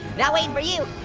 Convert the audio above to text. not waiting for you.